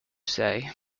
say